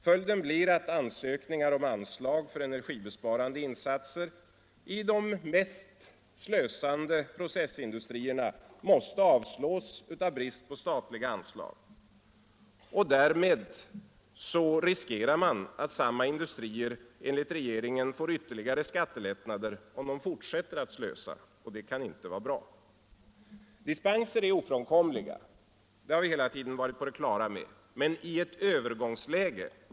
Följden blir att ansökningar om anslag för energibesparande insatser i de mest slösande processindustrierna måste avslås på grund av brist på statliga anslag. Därmed riskerar man att samma industrier, enligt regeringens förslag, får ytterligare skattelättnader om de fortsätter slösa. Det kan inte vara bra. Dispenser är ofrånkomliga, det har vi hela tiden varit på det klara med — men i ett övergångsläge.